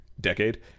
Decade